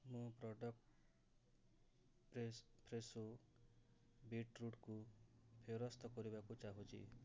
ମୁଁ product fresh Fresho ବିଟ୍ରୁଟ୍କୁ ଫେରସ୍ତ କରିବାକୁ ଚାହୁଁଛି